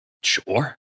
Sure